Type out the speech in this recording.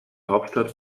hauptstadt